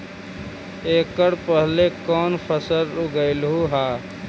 एकड़ पहले कौन फसल उगएलू हा?